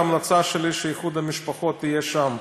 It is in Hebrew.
ההמלצה שלי שאיחוד המשפחות יהיה שם,